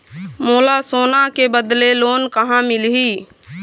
मोला सोना के बदले लोन कहां मिलही?